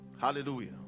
hallelujah